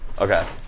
Okay